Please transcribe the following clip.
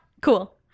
cool